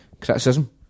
criticism